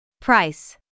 Price